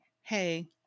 Hey